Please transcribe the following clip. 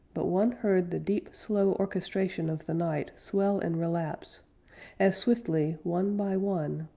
but one heard the deep slow orchestration of the night swell and relapse as swiftly, one by one,